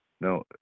no